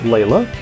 Layla